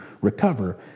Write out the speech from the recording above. recover